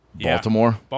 Baltimore